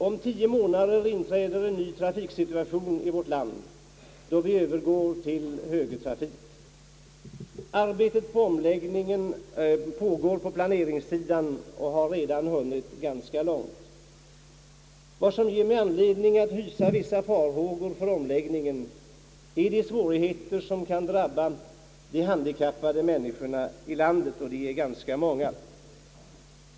Om tio månader inträder en ny trafiksituation i vårt land, då vi övergår till högertrafik. Arbetet på omläggningen pågår på planeringssidan och har redan hunnit ganska långt. Vad som ger mig anledning att hysa vissa farhågor för omläggningen är de svårigheter som kan drabba de handikappade människorna i landet, och de är ganska många.